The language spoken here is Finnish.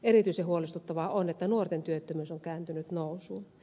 erityisen huolestuttavaa on että nuorten työttömyys on kääntynyt nousuun